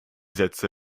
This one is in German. sätze